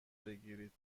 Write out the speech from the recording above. بگیرید